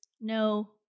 no